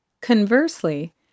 Conversely